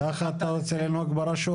כך אתה רוצה לנהוג ברשות?